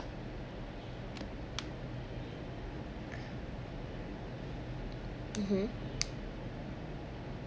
mmhmm